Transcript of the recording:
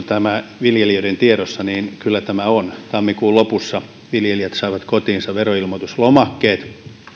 tämä viljelijöiden tiedossa kyllä tämä on tammikuun lopussa viljelijät saivat kotiinsa veroilmoituslomakkeen